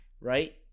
right